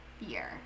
year